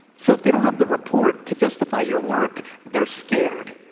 so if they don't have the report to justify your work, they're scared.